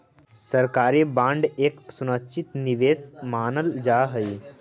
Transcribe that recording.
सरकारी बांड एक सुरक्षित निवेश मानल जा हई